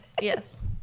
yes